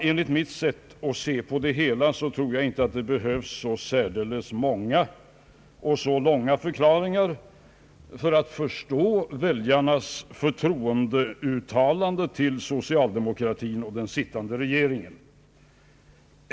Enligt mitt sätt att se behövs det inte särdeles många och långa förklaringar för att förstå väljarnas förtroendeuttalande för socialdemokratin och den sittande regeringen.